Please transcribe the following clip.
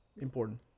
important